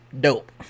Dope